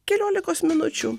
keliolikos minučių